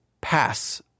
pass